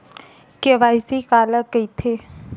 KYC काला कइथे?